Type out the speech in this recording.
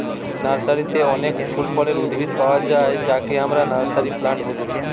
নার্সারিতে অনেক ফল ফুলের উদ্ভিদ পায়া যায় যাকে আমরা নার্সারি প্লান্ট বলি